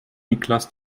niklas